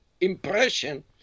impression